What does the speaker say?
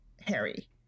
Harry